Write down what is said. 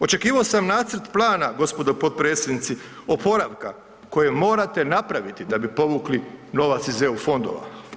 Očekivao sam nacrt plana, gospodo potpredsjednici, oporavka koje morate napraviti da bi povukli novac iz EU fondova.